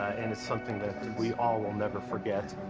and it's something that we all will never forget.